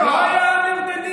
כן, לא היה עם ירדני.